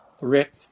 Rick